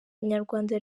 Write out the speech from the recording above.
inyarwanda